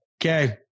Okay